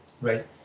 Right